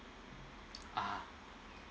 ah